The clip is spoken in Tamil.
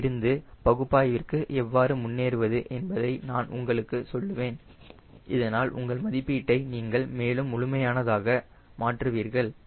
இங்கிருந்து பகுப்பாய்விற்கு எவ்வாறு முன்னேறுவது என்பதை நான் உங்களுக்கு சொல்லுவேன் இதனால் உங்கள் மதிப்பீட்டை நீங்கள் மேலும் முழுமையானதாக மாற்றுவீர்கள்